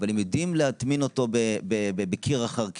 הם יודעים להטמין אותו בקיר אחר קיר,